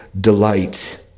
delight